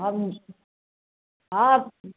हम हँ